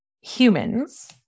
humans